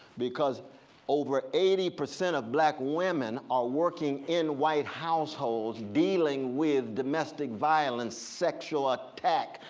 because over eighty percent of black women are working in white households dealing with domestic violence, sexual attack,